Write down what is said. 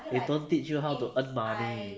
they don't teach you how to earn money